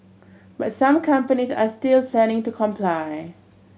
but some companies are still planning to comply